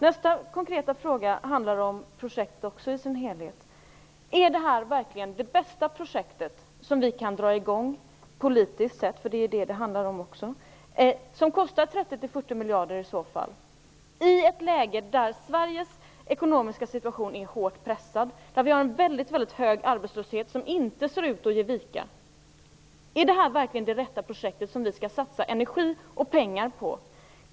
Nästa konkreta fråga handlar också om projektet i dess helhet. Om vi antar att det här kostar 30-40 miljarder, är det här då politiskt sett verkligen det bästa projekt vi kan dra i gång i ett läge där Sveriges ekonomiska situation är hårt pressad och där vi har en väldigt hög arbetslöshet som inte ser ut att ge vika? Är det här verkligen det rätta projektet, det som vi skall satsa energi och pengar på?